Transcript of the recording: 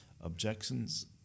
Objections